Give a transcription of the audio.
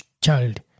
child